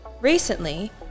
Recently